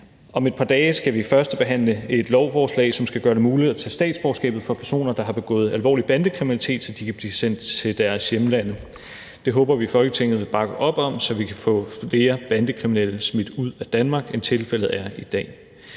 Om et par dage skal vi førstebehandle et lovforslag, som skal gøre det muligt at tage statsborgerskabet fra personer, der har begået alvorlig bandekriminalitet, så de kan blive sendt til deres hjemlande. Det håber vi at Folketinget vil bakke op om, så vi kan få flere bandekriminelle smidt ud af Danmark, end tilfældet er i dag.